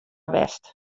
west